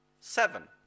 Seven